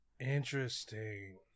interesting